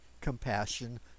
compassion